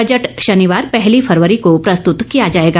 budget शनिवार पहली फरवरी को प्रस्तुत किया जायेगा